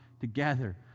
together